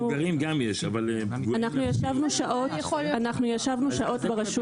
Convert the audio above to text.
אנחנו ישבנו שעות ברשות